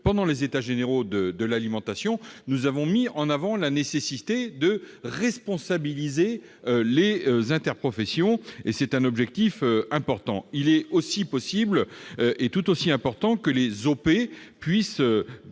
Pendant les États généraux de l'alimentation, nous avons mis en avant la nécessité de responsabiliser les interprofessions. C'est un objectif important. Il est tout aussi important que les OP puissent